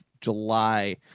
July